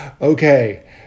okay